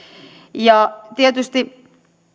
tietysti